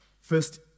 first